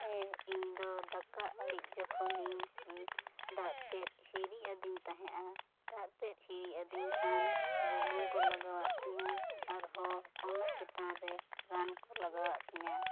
ᱦᱮᱸ ᱤᱧ ᱫᱚ ᱫᱟᱠᱟ ᱟᱹᱬᱤᱡ ᱡᱚᱠᱷᱚᱱᱤᱧ ᱫᱟᱜ ᱛᱮᱫ ᱦᱤᱨᱤᱡ ᱟᱹᱫᱤᱧ ᱛᱟᱦᱮᱸᱜᱼᱟ ᱫᱟᱜ ᱛᱮᱜ ᱦᱤᱨᱤᱜ ᱟᱹᱫᱤᱧ ᱠᱷᱟᱱ ᱵᱩᱞᱩᱝ ᱠᱚ ᱞᱟᱜᱟᱣᱟᱜ ᱛᱤᱧᱟᱹ ᱟᱨᱦᱚᱸ ᱚᱱᱟ ᱪᱮᱛᱟᱱ ᱨᱮ ᱨᱟᱱ ᱠᱚ ᱞᱟᱜᱟᱣᱟᱜ ᱛᱤᱧᱟᱹ